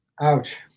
Ouch